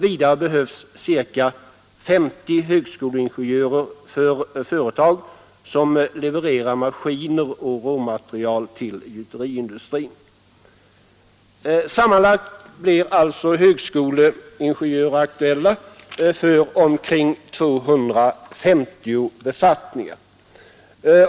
Vidare behövs ca 150 högskoleingenjörer för företag som levererar maskiner och råmaterial till gjuteriindustrin. Sammanlagt blir alltså högskoleingenjörer aktuella för omkring 250 befattningar.